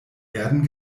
erden